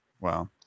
Wow